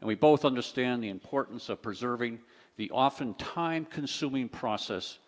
and we both understand the importance of preserving the often time consuming process